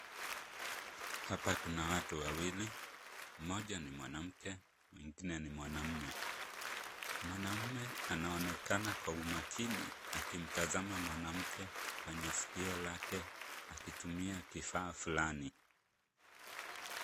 Hapa kuna watu wawili, mmoja ni mwanamke mwingine ni mwanaume. Mwanaume anaonekana kwa umakini akimtazama mwanamke kwenye sikio lake akitumia kifaa fulani.